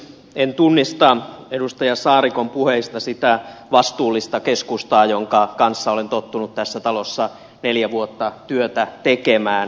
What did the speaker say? en tunnista edustaja saarikon puheista sitä vastuullista keskustaa jonka kanssa olen tottunut tässä talossa neljä vuotta työtä tekemään